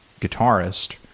guitarist